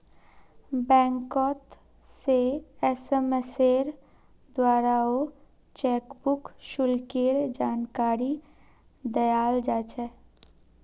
बैंकोत से एसएमएसेर द्वाराओ चेकबुक शुल्केर जानकारी दयाल जा छेक